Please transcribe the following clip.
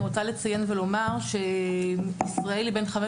אני רוצה לציין ולומר שישראל היא בין חמש